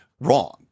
wrong